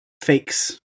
fakes